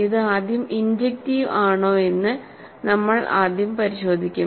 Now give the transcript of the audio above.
ഇത് ആദ്യം ഇൻജെക്ടിവ് ആണോയെന്ന് നമ്മൾ ആദ്യം പരിശോധിക്കും